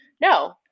No